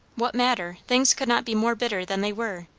what matter? things could not be more bitter than they were.